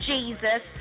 Jesus